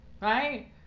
right